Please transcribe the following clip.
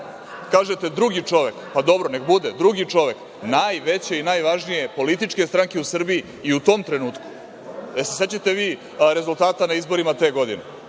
kažete, drugi čovek, dobro, nek bude, drugi čovek najveće i najvažnije političke stranke u Srbiji i u tom trenutku. Da li se sećate vi rezultata na izborima te godine?